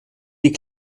die